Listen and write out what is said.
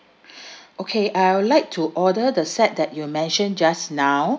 okay I would like to order the set that you mentioned just now